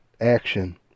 action